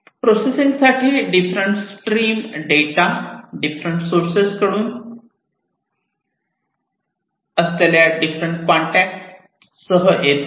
प्रोसेसिंगसाठी different stream data different sources कडून असलेल्या different context सहित येतो